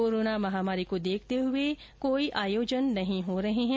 corona महामारी को देखते हुए कोई आयोजन नहीं हो रहे हैं